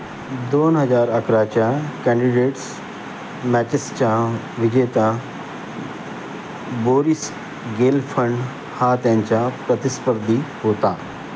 दोन हजार अकराच्या कँडिडेट्स मॅचेसच्या विजेता बोरीस गेलफंड हा त्यांच्या प्रतिस्पर्धी होता